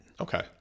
Okay